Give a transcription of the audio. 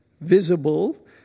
visible